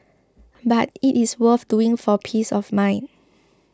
but it is worth doing for peace of mind